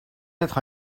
être